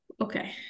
okay